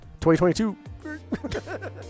2022